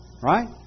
Right